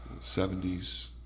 70s